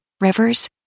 rivers